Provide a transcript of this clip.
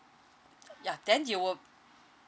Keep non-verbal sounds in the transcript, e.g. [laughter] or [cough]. [noise] ya then you will